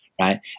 right